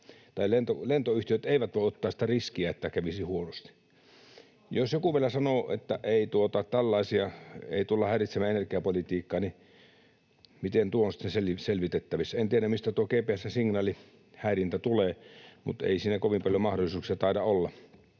tai lentoyhtiöt eivät voi ottaa sitä riskiä, että kävisi huonosti. Jos joku vielä sanoo, että ei tuota tällaisia, ei tulla häiritsemään energiapolitiikkaa, niin miten tuo on sitten selitettävissä. En tiedä, mistä tuo GPS-signaalin häirintä tulee, mutta ei siinä kovin paljon mahdollisuuksia taida olla.